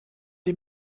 die